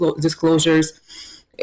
disclosures